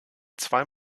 zwei